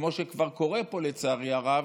כמו שכבר קורה פה לצערי הרב: